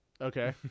Okay